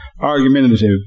argumentative